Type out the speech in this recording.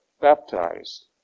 baptized